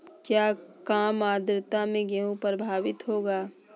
क्या काम आद्रता से गेहु प्रभाभीत होगा?